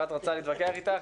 אפרת רוצה להתווכח איתך,